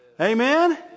Amen